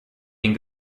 den